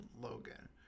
logan